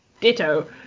Ditto